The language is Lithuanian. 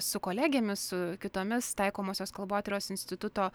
su kolegėmis su kitomis taikomosios kalbotyros instituto